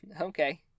Okay